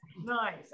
Nice